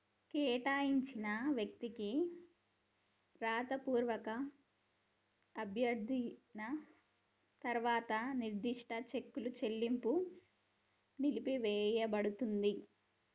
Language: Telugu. కేటాయించిన వ్యక్తికి రాతపూర్వక అభ్యర్థన తర్వాత నిర్దిష్ట చెక్కుల చెల్లింపు నిలిపివేయపడతది